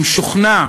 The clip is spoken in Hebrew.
אני משוכנע